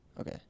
Okay